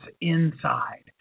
inside